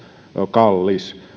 kallis